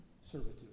servitude